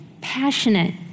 passionate